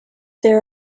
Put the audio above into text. there